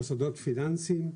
מוסדות פיננסיים,